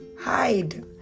hide